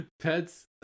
Pets